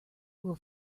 will